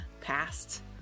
past